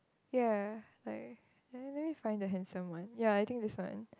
ya like everybody find the handsome one ya I think this one